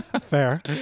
Fair